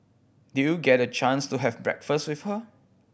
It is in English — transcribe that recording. did you get a chance to have breakfast with her